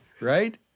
Right